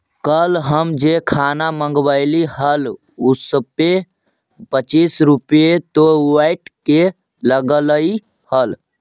कल हम जे खाना मँगवइली हल उसपे पच्चीस रुपए तो वैट के लगलइ हल